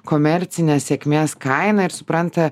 komercinę sėkmės kainą ir supranta